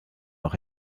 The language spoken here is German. auch